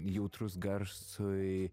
jautrus garsui